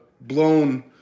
blown